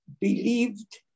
believed